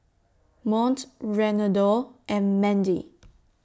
Mont Reynaldo and Mandie